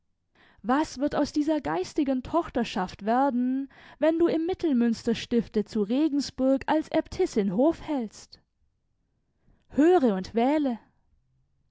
was wird aus dieser geistigen tochterschaft werden wenn du im mittelmünsterstifte zu regensburg als äbtissin hof hältst höre und wähle